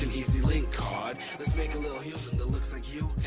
ez-link card. let's make a little human that looks like you